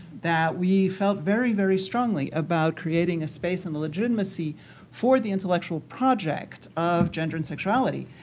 that we felt very, very strongly about creating a space in the legitimacy for the intellectual project of gender and sexuality.